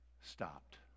stopped